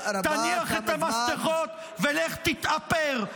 תניח את המפתחות ולך תתאפר.